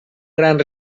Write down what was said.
gran